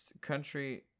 country